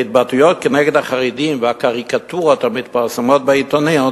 ההתבטאויות נגד החרדים והקריקטורות המתפרסמות בעיתונות